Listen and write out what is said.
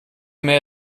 mehr